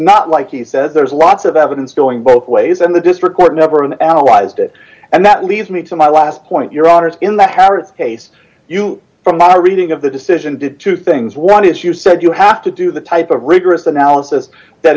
not like he says there's lots of evidence going both ways and the district court never and analyzed it and that leads me to my last point your honour's in that howard's case you from my reading of the decision did two things one is you said you have to do the type of rigorous analysis that